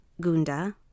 Gunda